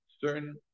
certain